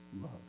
love